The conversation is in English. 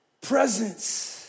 presence